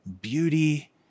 beauty